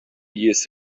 years